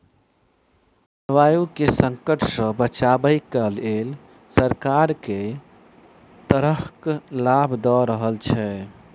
जलवायु केँ संकट सऽ बचाबै केँ लेल सरकार केँ तरहक लाभ दऽ रहल छै?